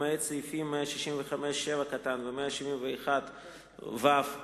למעט סעיפים 165(7) ו-171(ו)